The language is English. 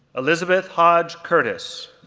elizabeth hodge curtis,